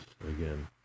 again